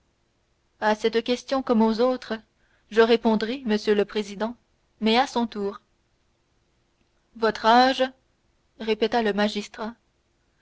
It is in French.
à cette question comme aux autres je répondrai monsieur le président mais à son tour votre âge répéta le magistrat